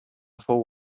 fou